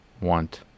want